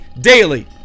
daily